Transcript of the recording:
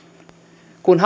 kun